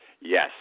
Yes